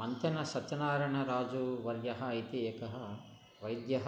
मन्तनसत्यनारायणराजूवर्यः इति एकः वैद्यः